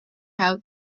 out